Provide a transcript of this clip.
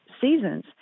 seasons